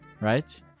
Right